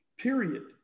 Period